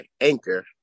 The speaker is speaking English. Anchor